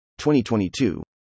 2022